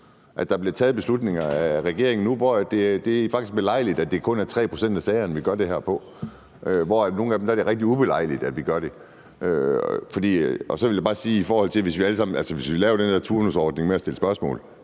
at der bliver taget beslutninger af regeringen nu, hvor det faktisk er belejligt, at det kun er i 3 pct. af sagerne, vi gør det her, og hvor det i nogle af dem er rigtig ubelejligt, at vi gør det? Hvis vi laver den her turnusordning med at stille spørgsmål,